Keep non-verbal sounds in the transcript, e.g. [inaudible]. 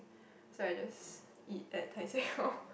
so I just eat at Tai-Seng orh [laughs]